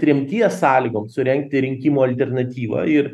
tremties sąlygom surengti rinkimų alternatyvą ir